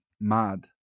mad